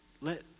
Let